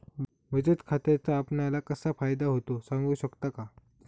बचत खात्याचा आपणाला कसा फायदा होतो? सांगू शकता का?